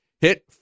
hit